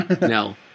No